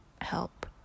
help